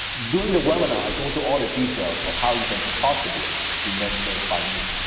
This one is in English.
during the webinar i go through all the details of how you can possibly be mentored by me.